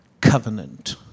covenant